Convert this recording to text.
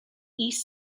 east